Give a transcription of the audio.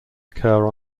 occur